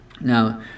Now